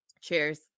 Cheers